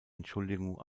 entschuldigung